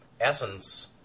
essence